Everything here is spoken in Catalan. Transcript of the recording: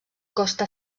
costa